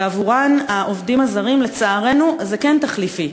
ועבורן העובדים הזרים, לצערנו, זה כן תחליפי,